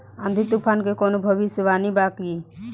आँधी तूफान के कवनों भविष्य वानी बा की?